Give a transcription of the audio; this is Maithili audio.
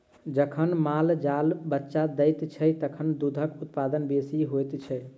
जखन माल जाल बच्चा दैत छै, तखन दूधक उत्पादन बेसी होइत छै